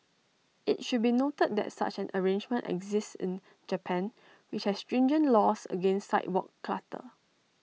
IT should be noted that such an arrangement exists in Japan which has stringent laws against sidewalk clutter